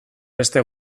beste